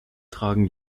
tragen